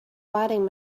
fighting